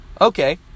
Okay